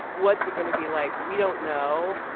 what's it going to be like? we don't know.